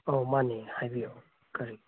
ꯑꯧ ꯃꯥꯅꯤ ꯍꯥꯏꯕꯤꯌꯣ ꯀꯔꯤ